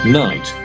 night